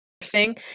interesting